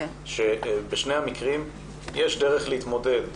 שבשני המקרים יש דרך להתמודד.